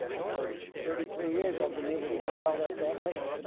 because thirty three years i've been able to look out at that lake.